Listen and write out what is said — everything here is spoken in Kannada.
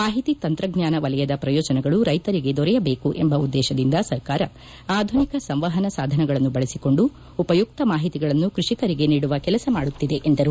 ಮಾಹಿತಿ ತಂತ್ರಜ್ಞಾನ ವಲಯದ ಪ್ರಯೋಜನಗಳು ರೈತರಿಗೆ ದೊರೆಯಬೇಕು ಎಂಬ ಉದ್ದೇಶದಿಂದ ಸರ್ಕಾರ ಆಧುನಿಕ ಸಂವಹನ ಸಾಧನಗಳನ್ನು ಬಳಸಿಕೊಂಡು ಉಪಯುಕ್ತ ಮಾಹಿತಿಗಳನ್ನು ಕೃಷಿಕರಿಗೆ ನೀಡುವ ಕೆಲಸ ಮಾಡುತ್ತಿದೆ ಎಂದರು